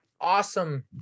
awesome